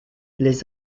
les